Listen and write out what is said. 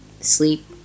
sleep